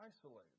isolated